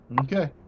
okay